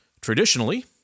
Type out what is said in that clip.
Traditionally